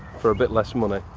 for a bit less money.